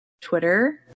Twitter